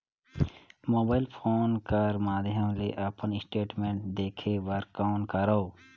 Mobile phone कर माध्यम ले अपन स्टेटमेंट देखे बर कौन करों?